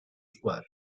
sguardo